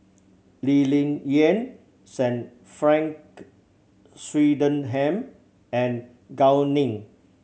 Lee Ling Yen Sir Frank Swettenham and Gao Ning